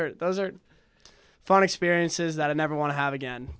are those are fun experiences that i never want to have again